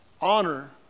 honor